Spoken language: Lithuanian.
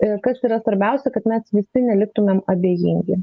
ir kas yra svarbiausia kad mes visi neliktumėm abejingi